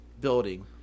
building